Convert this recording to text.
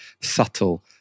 subtle